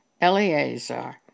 Eleazar